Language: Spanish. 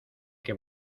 que